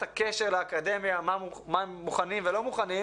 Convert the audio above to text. הקשר לאקדמיה, מה הם מוכנים ומה הם לא מוכנים.